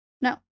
No